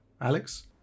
Alex